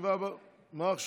הישיבה הבאה, מה עכשיו?